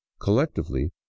collectively